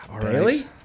Daily